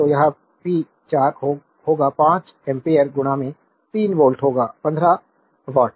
तो यह पी 4 होगा 5 एम्पीयर 3 वोल्ट होगा तो 15 वाट